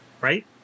right